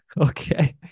Okay